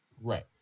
Right